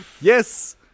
Yes